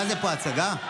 מה זה פה, הצגה?